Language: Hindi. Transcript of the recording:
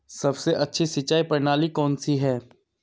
सबसे अच्छी सिंचाई प्रणाली कौन सी है?